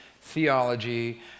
theology